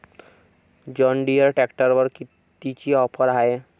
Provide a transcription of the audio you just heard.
John Deere ट्रॅक्टरवर कितीची offer हाये?